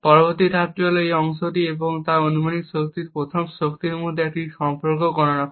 পরবর্তী ধাপটি হল এই অংশটি এবং অনুমানিক শক্তির প্রকৃত শক্তির মধ্যে একটি সম্পর্ক গণনা করা